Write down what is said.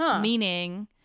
Meaning